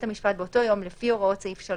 המשפט באותו יום לפי הוראות סעיף 3,